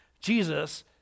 Jesus